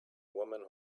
woman